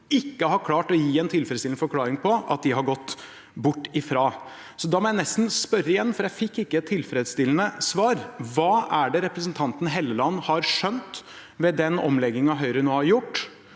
ikke har klart å gi en tilfredsstillende forklaring på hvorfor de har gått bort fra. Så da må jeg nesten spørre igjen, for jeg fikk ikke et tilfredsstillende svar: Hva er det representanten Hofstad Helleland har skjønt med den omleggingen Høyre nå har gjort,